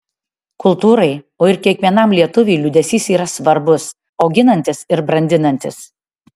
kultūrai o ir kiekvienam lietuviui liūdesys yra svarbus auginantis ir brandinantis